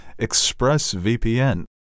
ExpressVPN